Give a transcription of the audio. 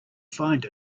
find